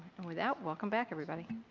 and with that, welcome back everybody.